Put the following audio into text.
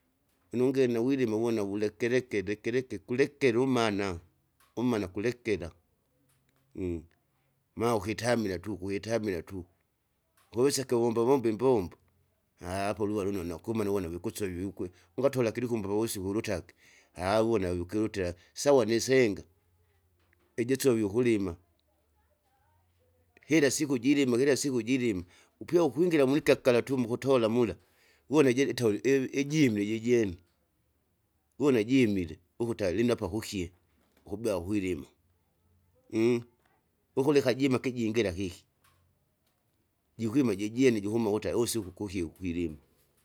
Inungena wilima uwona wulekeleke lekeleke kuleke lumana, umana kulekela, maa ukitamila tu kwitamila tu, uweseke uwomba womba imbombo hapo lwiva lunonu nakumana uwona vikusovi ugwe, unatola kilikumba pavusiku ulutage uwona wukilutila sawa nisenga ijisovile ukulima, hilasiku jilima kilasiku upyo ukwingira mulikakala tu mukutola mula wuwona jilitoli iw- ijinu jijene, uwona jimile, ukata alino apa kukye ukubea kwilima. ukuleka jima kijingila kiki. Jikwima jijene jikuma ukuta usiku usiku kukye ukwilima.